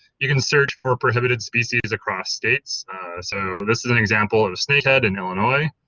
you can search for prohibited species across states so this is an example of a snakehead in illinois